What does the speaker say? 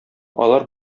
алар